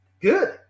good